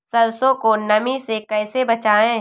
सरसो को नमी से कैसे बचाएं?